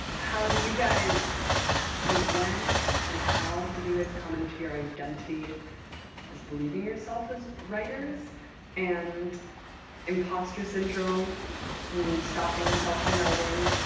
how did you guys or when and how did you guys come into your identity as believing yourself as writers and impostor syndrome and stopping yourself from writing,